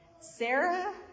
Sarah